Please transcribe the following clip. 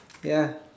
ya